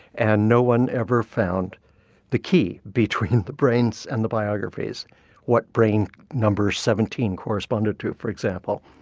and no one ever found the key between the brains and the biographies what brain number seventeen corresponded to, for example.